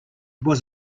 was